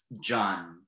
John